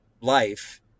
life